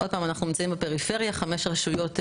ועוד מו"פים באמת זכו בקרנות כאלה.